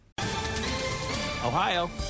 ohio